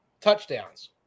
touchdowns